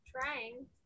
Trying